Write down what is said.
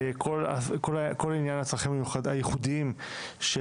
כל עניין של הצרכים ייחודים של